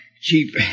Cheap